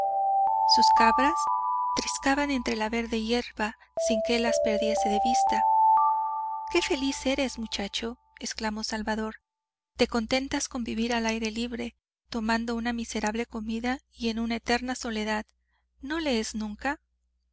sus cabras triscaban entre la verde hierba sin que él las perdiese de vista qué feliz eres muchacho exclamó salvador te contentas con vivir al aire libre tomando una miserable comida y en una eterna soledad no lees nunca